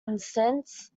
instance